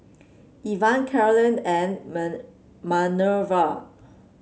Ivah Cailyn and Manerva